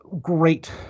great